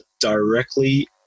directly